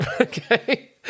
Okay